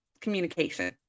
communication